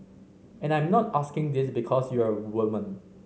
and I'm not asking this because you're a woman